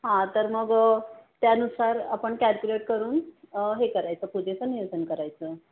हां तर मग त्यानुसार आपण कॅल्क्युलेट करून हे करायचं पूजेचं नियोजन करायचं